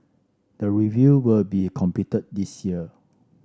the review will be completed this year